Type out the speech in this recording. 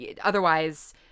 otherwise